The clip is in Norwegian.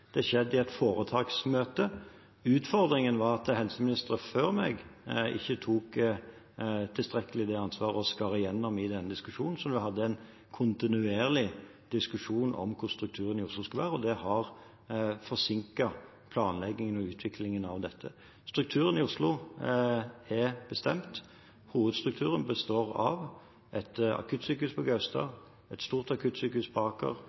Det har skjedd i et foretaksmøte. Utfordringen har vært at helseministre før meg ikke tok tilstrekkelig ansvar og skar gjennom i denne diskusjonen – vi hadde en kontinuerlig diskusjon om hvordan strukturen i Oslo skulle være. Det har forsinket planleggingen og utviklingen av dette. Strukturen i Oslo er bestemt. Hovedstrukturen består av et akuttsykehus på Gaustad, et stort akuttsykehus på Aker,